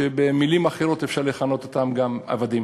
שבמילים אחרות אפשר לכנות אותם גם עבדים,